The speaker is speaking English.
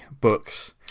books